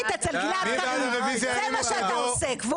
אצל גלעד קריב --- מי בעד הרביזיה?